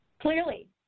Clearly